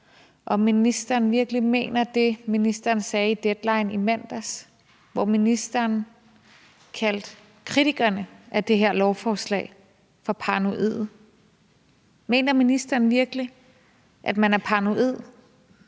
om ministeren virkelig mener det, ministeren sagde i Deadline i mandags, hvor ministeren kaldte kritikerne af det her lovforslag for paranoide. Mener ministeren virkelig, at man er paranoid,